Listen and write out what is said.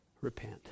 repent